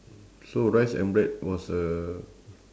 so rice and bread was a